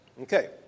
Okay